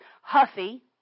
huffy